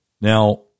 Now